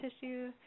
tissue